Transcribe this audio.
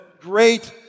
great